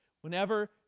Whenever